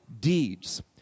deeds